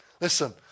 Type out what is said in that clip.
Listen